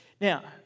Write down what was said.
Now